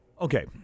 Okay